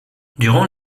durant